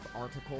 article